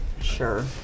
Sure